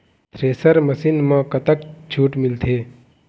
Thresher machine म कतक छूट मिलथे?